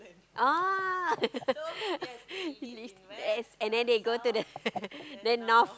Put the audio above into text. oh and then they go to the then north